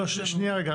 --- רגע,